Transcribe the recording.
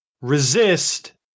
Resist